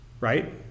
right